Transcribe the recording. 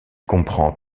comprend